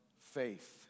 faith